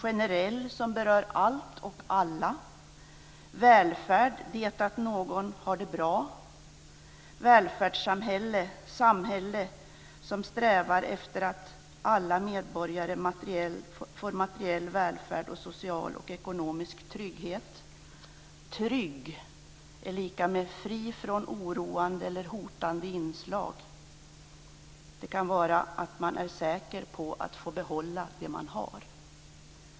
Generell betyder något som berör allt och alla. Välfärd är det att någon har det bra. Välfärdssamhälle är ett samhälle som strävar efter att alla medborgare får materiell välfärd och social och ekonomisk trygghet. Trygg är lika med att vara fri från oroande och eller hotande inslag. Det kan vara att man är säker på att få behålla det man har.